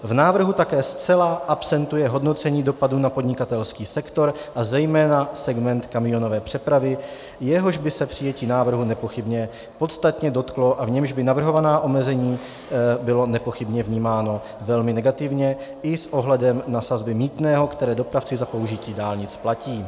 V návrhu také zcela absentuje hodnocení dopadů na podnikatelský sektor a zejména segment kamionové přepravy, jehož by se přijetí návrhu nepochybně podstatně dotklo a v němž by navrhovaná omezení byla nepochybně vnímána velmi negativně i s ohledem na sazby mýtného, které dopravci za použití dálnic platí.